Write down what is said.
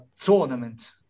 tournament